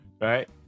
right